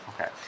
Okay